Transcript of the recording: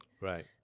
Right